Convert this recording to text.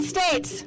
States